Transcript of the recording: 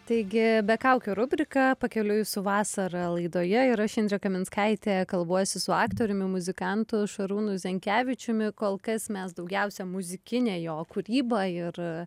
taigi be kaukių rubrika pakeliui su vasara laidoje ir aš indrė kaminskaitė kalbuosi su aktoriumi muzikantu šarūnu zenkevičiumi kol kas mes daugiausia muzikinę jo kūrybą ir